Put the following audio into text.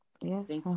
yes